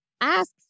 asks